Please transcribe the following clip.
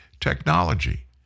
technology